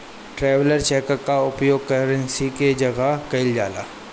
traveller cheque कअ उपयोग currency के जगही कईल जाला